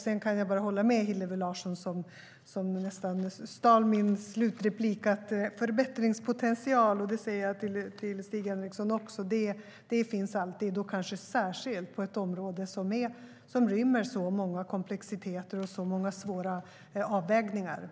Jag kan bara hålla med Hillevi Larsson, som nästan stal min slutreplik: Förbättringspotential - det säger jag till Stig Henriksson också - finns det alltid, kanske särskilt på ett område som rymmer så mycket komplexitet och så många svåra avvägningar.